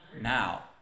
now